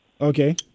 Okay